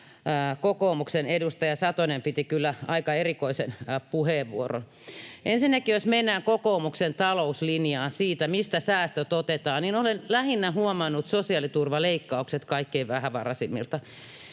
kokoomuksen edustaja Satonen piti kyllä aika erikoisen puheenvuoron. Ensinnäkin, jos mennään kokoomuksen talouslinjaan siitä, mistä säästöt otetaan, niin olen huomannut lähinnä sosiaaliturvaleikkaukset kaikkein vähävaraisimmilta.